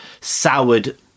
soured